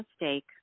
mistake